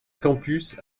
campus